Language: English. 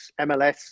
MLS